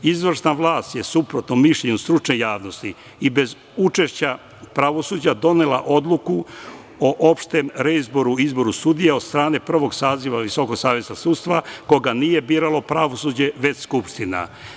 Izvršna vlast je suprotno mišljenju stručne javnosti i bez učešća pravosuđa donela odluku o opštem reizboru i izboru sudija od strane prvog saziva Visokog saveta sudstva, koga nije biralo pravosuđe već Skupština.